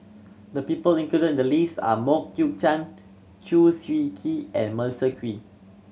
the people included in the list are Mok Ying Jang Chew Swee Kee and Melissa Kwee